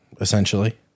essentially